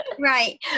right